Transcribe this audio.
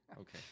Okay